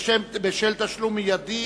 בשל תשלום מיידי),